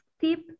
tip